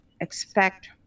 expect